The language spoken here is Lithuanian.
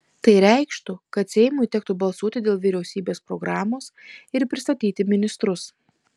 tai reikštų kad seimui tektų balsuoti dėl vyriausybės programos ir pristatyti ministrus